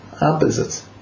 opposites